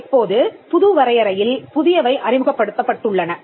இப்போது புது வரையறையில் புதியவை அறிமுகப்படுத்தப்பட்டுள்ளன